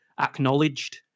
acknowledged